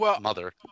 mother